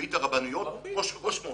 מרבית הרבניות רושמות.